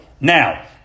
now